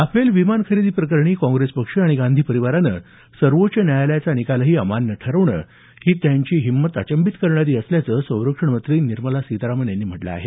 Rafale विमान खरेदी प्रकरणी काँग्रेस पक्ष आणि गांधी परिवारानं सर्वोच्च न्यायालयाचा निकालही अमान्य ठरवणं ही त्यांची हिंमत अचंभित करणारी असल्याचं संरक्षण मंत्री निर्मला सीतारामन यांनी म्हटलं आहे